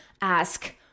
ask